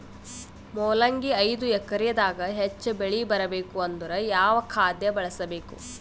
ಮೊಲಂಗಿ ಐದು ಎಕರೆ ದಾಗ ಹೆಚ್ಚ ಬೆಳಿ ಬರಬೇಕು ಅಂದರ ಯಾವ ಖಾದ್ಯ ಬಳಸಬೇಕು?